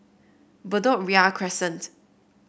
Bedok Ria Crescent